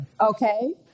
okay